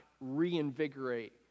reinvigorate